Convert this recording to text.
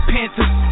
Panthers